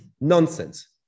nonsense